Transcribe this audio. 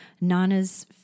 Nana's